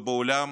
בעולם